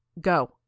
go